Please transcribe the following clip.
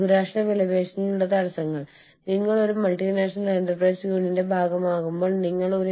വ്യാപ്തിയുടെ ആഗോള സമ്പദ്വ്യവസ്ഥ എന്നതുകൊണ്ട് അർത്ഥമാക്കുന്നത് വലിയതും വൈവിധ്യമാർന്നതുമായ ഇനങ്ങൾ വാഗ്ദാനം ചെയ്യുന്നു എന്നാണ്